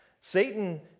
Satan